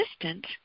assistant